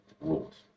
rules